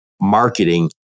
marketing